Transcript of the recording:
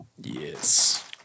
Yes